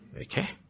okay